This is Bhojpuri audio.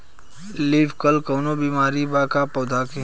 लीफ कल कौनो बीमारी बा का पौधा के?